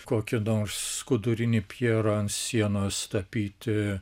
kokį nors skudurinį pjerą ant sienos tapyti